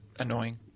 annoying